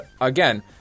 Again